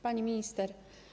Pani Minister!